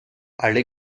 alle